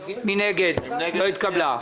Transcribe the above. הרוויזיה לא נתקבלה.